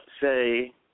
say